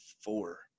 four